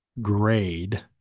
grade